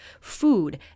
food